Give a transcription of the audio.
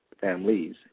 families